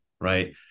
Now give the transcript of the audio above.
right